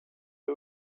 the